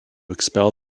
expel